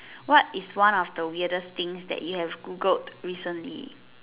what is one of the weirdest thing that you have Googled recently